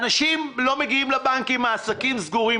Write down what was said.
האנשים לא מגיעים לבנקים, העסקים סגורים.